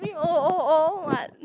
oh oh oh what